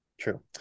True